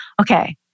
okay